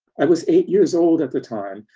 i was eight years old at the time.